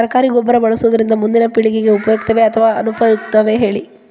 ಸರಕಾರಿ ಗೊಬ್ಬರ ಬಳಸುವುದರಿಂದ ಮುಂದಿನ ಪೇಳಿಗೆಗೆ ಉಪಯುಕ್ತವೇ ಅಥವಾ ಅನುಪಯುಕ್ತವೇ ಹೇಳಿರಿ